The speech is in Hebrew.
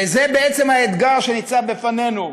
וזה בעצם האתגר שניצב בפנינו: